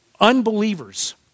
unbelievers